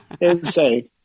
Insane